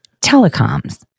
telecoms